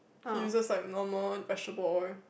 he uses like normal vegetable oil